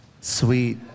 Sweet